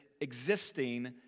existing